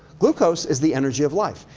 glucose is the energy of life.